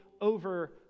over